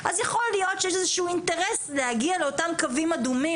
אז יכול להיות שיש איזה אינטרס להגיע לאותם קווים אדומים,